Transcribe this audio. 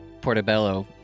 portobello